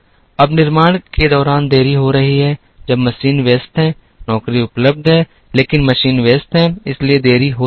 अब निर्माण के दौरान देरी हो रही है जब मशीन व्यस्त है नौकरी उपलब्ध है लेकिन मशीन व्यस्त है इसलिए देरी हो सकती है